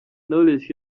knowless